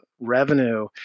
revenue